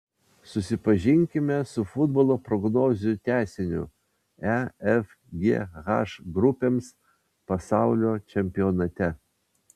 susipažinkime su futbolo prognozių tęsiniu e f g h grupėms pasaulio čempionate